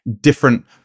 different